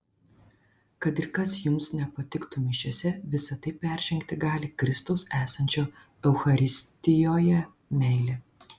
kad ir kas jums nepatiktų mišiose visa tai peržengti gali kristaus esančio eucharistijoje meilė